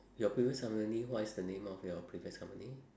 your previous company what is the name of your previous company